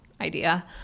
idea